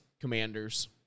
Commanders